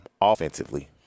offensively